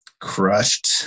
crushed